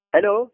Hello